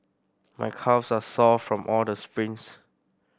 my calves are sore from all the sprints